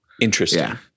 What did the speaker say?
Interesting